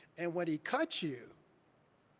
and when he cut you,